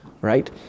right